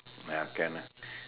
ya can lah